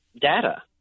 data